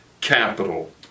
capital